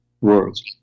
words